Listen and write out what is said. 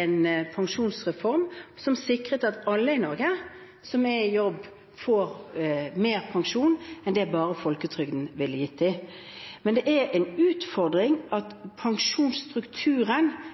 en pensjonsreform som sikret at alle i Norge som er i jobb, får mer pensjon enn det bare folketrygden ville gitt dem. Men det er en utfordring at pensjonsstrukturen